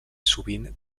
sovint